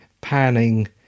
panning